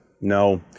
No